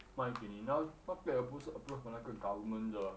卖给你那不是 approve from 那个 government 的